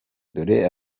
dore